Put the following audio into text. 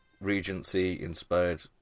Regency-inspired